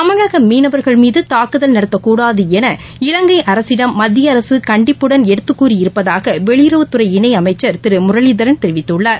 தமிழகமீனவர்கள் மீதுதாக்குதல் நடத்தக்கூடாதுஎன இலங்கைஅரசிடம் மத்தியஅரசுகண்டிப்புடன் எடுத்துக்கூறியிருப்பதாகவெளியுறவுத் துறை இணைஅமைச்சர் திருமுரளிதரன் தெரிவித்துள்ளார்